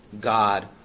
God